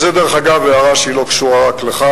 וזה דרך אגב הערה שהיא לא קשורה אליך,